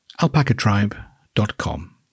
alpacatribe.com